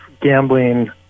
gambling